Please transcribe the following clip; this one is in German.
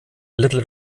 little